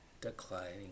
declining